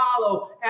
follow